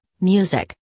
music